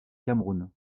cameroun